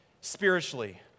spiritually